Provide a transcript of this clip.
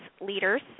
Leaders